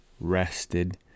rested